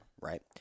Right